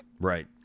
Right